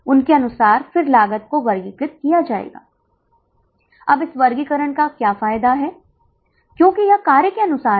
यदि आप केवल 50 छात्रों को लेते हैं अर्थात केवल 1 बस तो एसवीसी 5756 है कुल लागत 23000 होती है